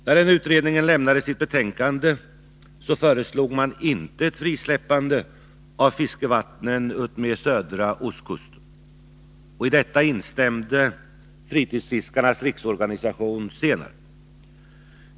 När den utredningen lämnade sitt betänkande föreslog man inte ett frisläppande av fiskevattnen utmed södra ostkusten. Inte heller Fritidsfiskarnas riksorganisation önskade ett sådant frisläppande.